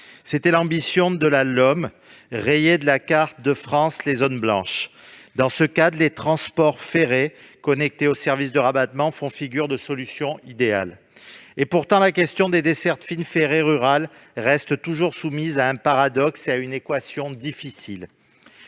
était l'ambition de la LOM : rayer de la carte de France les zones blanches. Dans ce cadre, les transports ferrés connectés aux services de rabattement font figure de solution idéale. Pourtant, la question des dessertes fines ferrées rurales reste toujours soumise à un paradoxe et à une équation difficile.